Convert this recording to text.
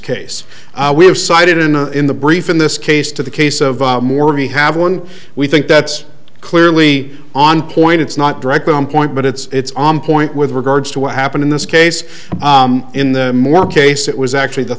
case we have cited in in the brief in this case to the case of more we have one we think that's clearly on point it's not directly on point but it's on point with regards to what happened in this case in the more case it was actually the